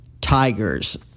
Tigers